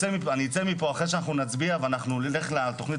אני אצא מפה אחרי שאנחנו נצביע ואנחנו נלך לתוכנית